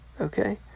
Okay